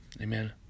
Amen